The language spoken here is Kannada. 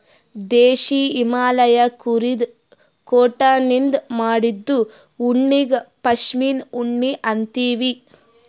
ದೇಶೀ ಹಿಮಾಲಯ್ ಕುರಿದು ಕೋಟನಿಂದ್ ಮಾಡಿದ್ದು ಉಣ್ಣಿಗಾ ಪಶ್ಮಿನಾ ಉಣ್ಣಿ ಅಂತೀವಿ